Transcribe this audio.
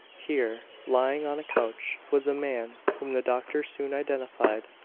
here, lying on a couch, was a man whom the doctor soon identified.